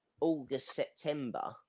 August-September